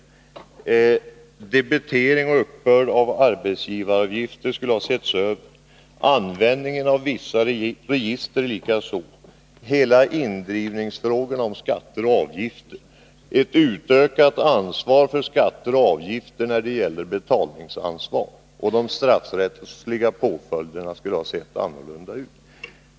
Då skulle debiteringen och uppbörden av arbetsgivaravgifter ha setts över, och användningen av vissa register likaså. Hela frågan om indrivning av skatter och avgifter skulle ha tagits upp, och man skulle ha infört ett utökat ansvar för skatter och avgifter när det gäller betalningsansvar. Vidare skulle de straffrättsliga påföljderna ha sett annorlunda ut.